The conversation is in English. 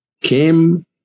came